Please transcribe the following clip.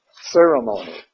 ceremony